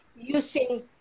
using